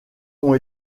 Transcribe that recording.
ont